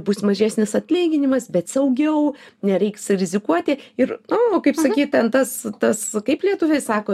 bus mažesnis atlyginimas bet saugiau nereiks rizikuoti ir nu kaip sakyt ten tas tas kaip lietuviai sako